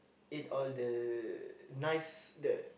eat all the nice the